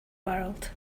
world